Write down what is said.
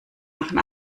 machen